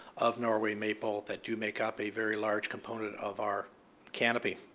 of norway maple, that do make up a very large component of our canopy.